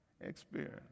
experience